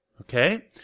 okay